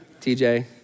TJ